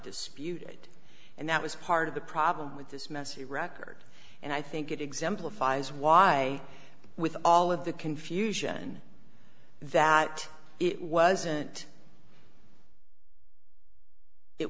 dispute it and that was part of the problem with this messy record and i think it exemplifies why with all of the confusion that it wasn't it